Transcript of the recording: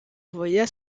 envoya